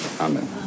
Amen